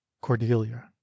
Cordelia